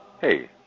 hey